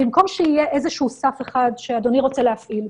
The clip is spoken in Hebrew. במקום שיהיה איזשהו סף אחד שאדוני רוצה להפעיל.